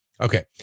Okay